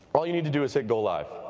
all you need to do is hit go live.